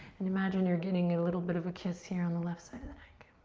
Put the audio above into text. and imagine you're getting a little bit of a kiss here on the left side of the neck.